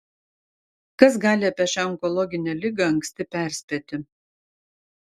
kas gali apie šią onkologinę ligą anksti perspėti